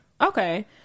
Okay